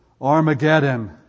Armageddon